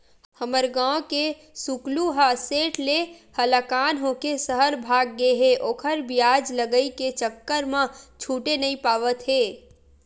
हमर गांव के सुकलू ह सेठ ले हलाकान होके सहर भाग गे हे ओखर बियाज लगई के चक्कर म छूटे नइ पावत हे